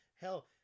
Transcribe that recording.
Hell